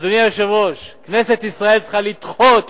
אדוני היושב-ראש, כנסת ישראל צריכה לדחות